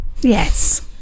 yes